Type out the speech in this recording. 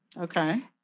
Okay